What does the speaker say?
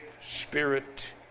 spirit